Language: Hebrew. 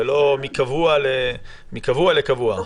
ולא מקבוע לקבוע,